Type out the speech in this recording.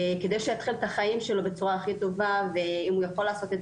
כדי שיתחיל את חייו בצורה הכי טובה ואם הוא יוכל לעשות את